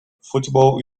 football